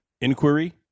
inquiry